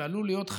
ועלול להיות,